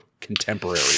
contemporary